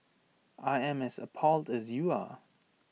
I am as appalled as you are